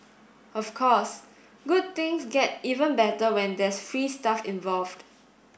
of course good things get even better when there is free stuff involved